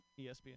ESPN